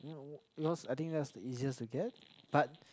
yours I think that's the easiest to get but